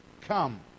come